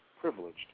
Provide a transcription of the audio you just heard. privileged